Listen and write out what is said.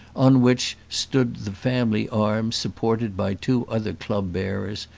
on which stood the family arms supported by two other club-bearers,